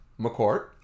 McCourt